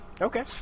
Okay